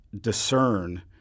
discern